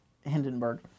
Hindenburg